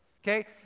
Okay